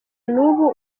n’ubu